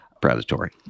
predatory